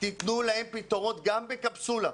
תנו להם פתרון גם בקפסולה,